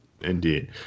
Indeed